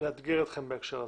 לאתגר אתכם בהקשר הזה.